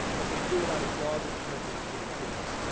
but they do it out of love and commitment to the kids,